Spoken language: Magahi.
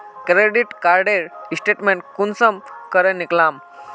क्रेडिट कार्डेर स्टेटमेंट कुंसम करे निकलाम?